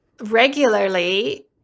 regularly